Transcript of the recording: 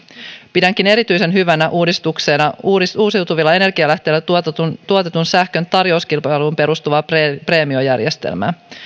pidänkin erityisen hyvänä uudistuksena uusiutuvilla energialähteillä tuotetun tuotetun sähkön tarjouskilpailuun perustuvaa preemiojärjestelmää